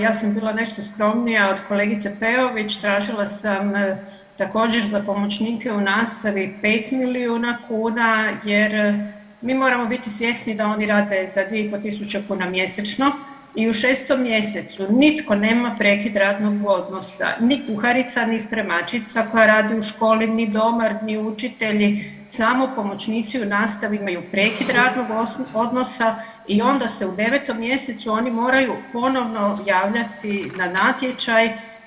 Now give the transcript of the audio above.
Ja sam bila nešto skromnija od kolegice Peović tražila sam također za pomoćnike u nastavi pet milijuna kuna jer mi moramo biti svjesni da oni rade za 2,5 tisuće kuna mjesečno i u 6. mjesecu nitko nema prekid radnog odnosa, ni kuharica, ni spremačica pa rade u školi, ni domar, ni učitelji samo pomoćnici u nastavi imaju prekid radnog odnosa i onda se u 9. mjesecu oni moraju ponovno javljati na natječaj.